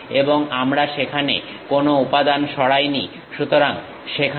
এবং আমরা সেখানে কোনো উপাদান সরাইনি সুতরাং সেখানে কোনো উপাদান সরানো হয়নি